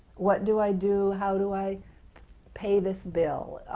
what do i do? how do i pay this bill?